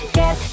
get